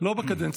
לא בקדנציה.